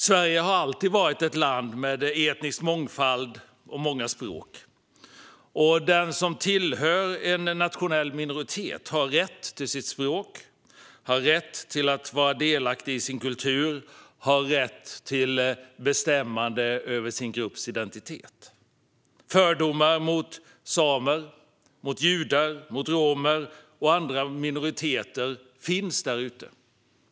Sverige har alltid varit ett land med etnisk mångfald och många språk. Den som tillhör en nationell minoritet har rätt till sitt språk, rätt att vara delaktig i sin kultur och rätt att vara med och bestämma över sin grupps identitet. Fördomar mot samer, judar, romer och andra minoriteter finns där ute.